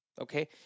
Okay